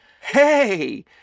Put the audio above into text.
Hey